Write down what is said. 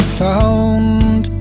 found